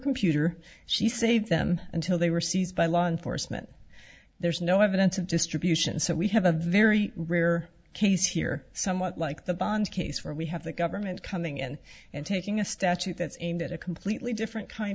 computer she saved them until they were seized by law enforcement there's no evidence of distribution so we have a very rare case here somewhat like the bond case for we have the government coming in and taking a statute that's aimed at a completely different kind